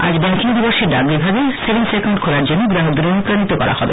আজ ব্যাংকিং দিবসে ডাক বিভাগে সেভিংস একাউন্ট খোলার জন্য গ্রাহকদের অনুপ্রাণিত করা হবে